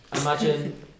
Imagine